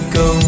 go